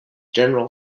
general